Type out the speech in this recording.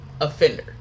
offender